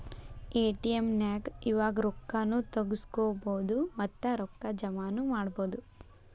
ATM ನ್ಯಾಗ್ ಇವಾಗ ರೊಕ್ಕಾ ನು ತಗ್ಸ್ಕೊಬೊದು ಮತ್ತ ರೊಕ್ಕಾ ಜಮಾನು ಮಾಡ್ಬೊದು